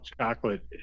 chocolate